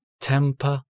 temper